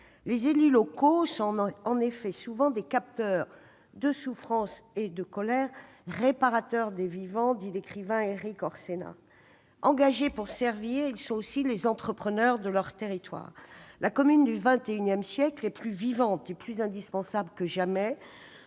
Les élus locaux sont souvent des capteurs de souffrance et de colère, « réparateurs des vivants », dit l'écrivain Erik Orsenna. Engagés pour servir, ils sont aussi les entrepreneurs de leur territoire. La commune du XXI siècle est plus vivante et plus indispensable que jamais,